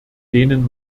denen